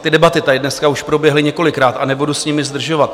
Ty debaty tady dneska už proběhly několikrát a nebudu s nimi zdržovat.